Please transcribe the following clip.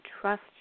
trust